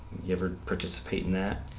you ever participate and that?